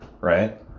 Right